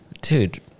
dude